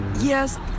Yes